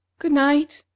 good-night,